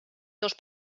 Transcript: dos